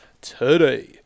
today